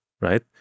right